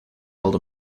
held